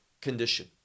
condition